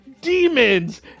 demons